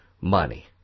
money